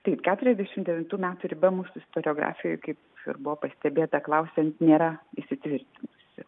taip keturisdešimt devintų metųriba mūsų istoriografijoj kaip ir buvo pastebėta klausiant nėra įsitvirtinusi